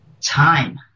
time